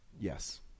Yes